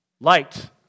Light